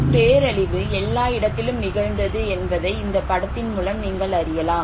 பேரழிவு எல்லா இடத்திலும் நிகழ்ந்தது என்பதை இந்த படத்தின் மூலம் நீங்கள் அறியலாம்